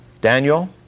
Daniel